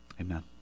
Amen